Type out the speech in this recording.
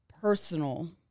personal